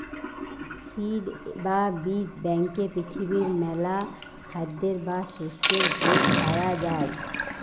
seed বা বীজ ব্যাংকে পৃথিবীর মেলা খাদ্যের বা শস্যের বীজ পায়া যাই